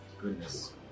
goodness